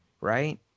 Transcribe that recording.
right